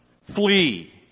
Flee